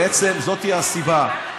בעצם, זאת הסיבה.